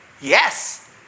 yes